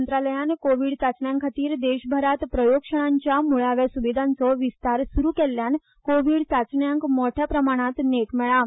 मंत्रालयान चाचण्यांखातीर देशभरांत प्रयोगशाळांच्या म्ळाव्या सुविदांचो विस्तार सुरु केल्ल्यान कोव्हीड चांचण्यांक मोठ्या प्रमाणांत नेट मेळळा